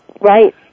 Right